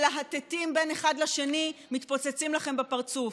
מלהטטים בין אחד לשני, מתפוצצים לכם בפרצוף.